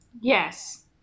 Yes